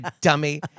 dummy